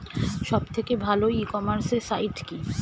সব থেকে ভালো ই কমার্সে সাইট কী?